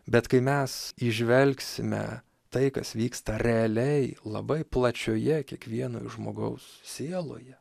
bet kai mes įžvelgsime tai kas vyksta realiai labai plačioje kiekvieno žmogaus sieloje